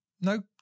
no